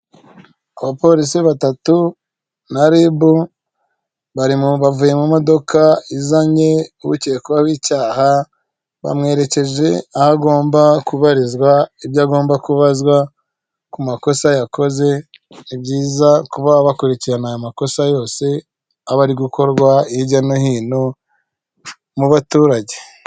Abapolisi batatu na Ribu bavuye mu modoka izanye ucyekwaho icyaha bamwerekeje aho agomba kubarizwa ibyo agomba kubazwa ku makosa yakoze. Ni byiza kuba bakurikirana aya makosa yose aba ari gukorwa hirya no hino mu baturage.